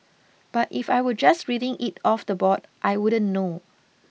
but if I were just reading it off the board I wouldn't know